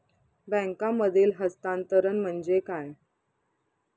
बँकांमधील हस्तांतरण म्हणजे काय?